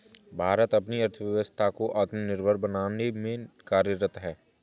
भारत अपनी अर्थव्यवस्था को आत्मनिर्भर बनाने में कार्यरत है